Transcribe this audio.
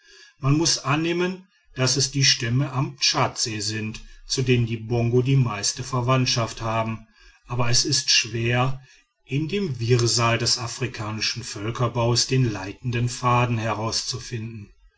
man muß annehmen daß es die stämme am tschadsee sind zu denen die bongo die meiste verwandtschaft haben aber es ist schwer in dem wirrsal des afrikanischen völkerbaus den leitenden faden herauszufinden